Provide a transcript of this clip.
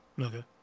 Okay